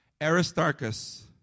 Aristarchus